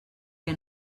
que